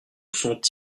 sont